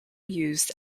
used